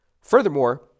Furthermore